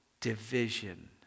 division